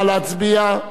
נא להצביע.